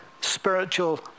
spiritual